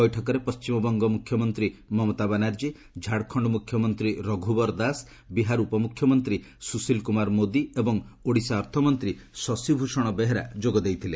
ବୈଠକରେ ପଣ୍ଠିମବଙ୍ଗ ମୁଖ୍ୟମନ୍ତ୍ରୀ ମମତା ବାନାର୍ଜୀ ଝାଡ଼ଖଣ୍ଡ ମ୍ରଖ୍ୟମନ୍ତ୍ରୀ ରଘୁବର ଦାସ ବିହାର ଉପମୁଖ୍ୟମନ୍ତ୍ରୀ ସୁଶିଲ୍ କ୍ରମାର ମୋଦି ଏବଂ ଓଡ଼ିଶା ଅର୍ଥମନ୍ତ୍ରୀ ଶଶିଭ୍ଷଣ ବେହେରା ଯୋଗ ଦେଇଥିଲେ